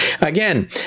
Again